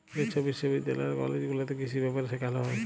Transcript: যে ছব বিশ্ববিদ্যালয় আর কলেজ গুলাতে কিসি ব্যাপারে সেখালে হ্যয়